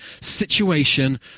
situation